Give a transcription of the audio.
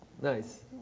Nice